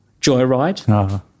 joyride